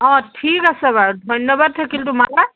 অঁ ঠিক আছে বাৰু ধন্যবাদ থাকিল তোমালৈ